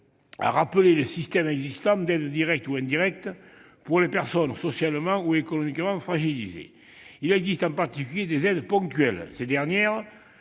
a rappelé le système actuel d'aides directes ou indirectes pour les personnes socialement ou économiquement fragilisées. Existent, en particulier, des aides ponctuelles. Ces dernières,